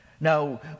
Now